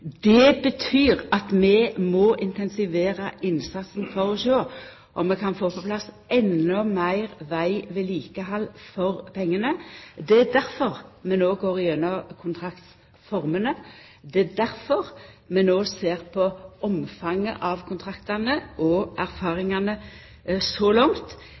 Det betyr at vi må intensivera innsatsen for å sjå om vi kan få på plass endå meir vegvedlikehald for pengane. Det er difor vi no går gjennom kontraktsformene, og det er difor vi no ser på omfanget av kontraktane og erfaringane så langt.